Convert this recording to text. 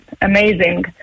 amazing